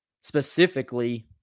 specifically